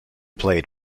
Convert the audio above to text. played